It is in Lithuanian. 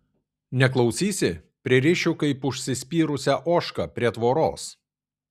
neklausysi pririšiu kaip užsispyrusią ožką prie tvoros